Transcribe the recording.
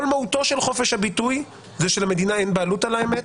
כל מהותו של חופש הביטוי זה שלמדינה אין בעלות על האמת,